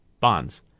bonds